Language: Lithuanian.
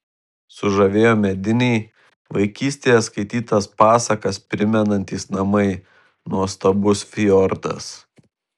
sužavėjo mediniai vaikystėje skaitytas pasakas primenantys namai nuostabus fjordas